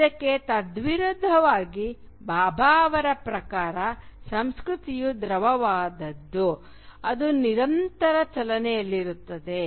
ಇದಕ್ಕೆ ತದ್ವಿರುದ್ಧವಾಗಿ ಭಾಭಾ ಅವರ ಪ್ರಕಾರ ಸಂಸ್ಕೃತಿಯು ದ್ರವವಾದದ್ದು ಅದು ನಿರಂತರವಾಗಿ ಚಲನೆಯಲ್ಲಿರುತ್ತದೆ